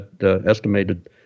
estimated